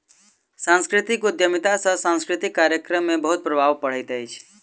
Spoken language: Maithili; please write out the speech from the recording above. सांस्कृतिक उद्यमिता सॅ सांस्कृतिक कार्यक्रम में बहुत प्रभाव पड़ैत अछि